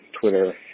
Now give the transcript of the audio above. Twitter